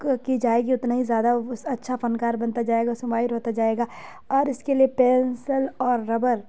کی جائے گی اتنا ہی زیادہ اس اچھا فنکار بنتا جائے گا اس میں ماہر ہوتا جائے گا اور اس کے لیے پینسل اور ربر